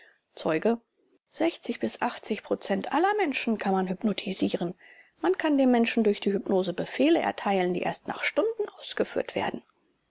zeuge bis prozent aller menschen kann man hypnotisieren man kann dem menschen durch die hypnose befehle erteilen die erst nach stunden ausgeführt werden